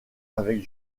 avec